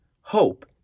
hope